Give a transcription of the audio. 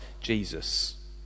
Jesus